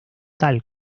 tal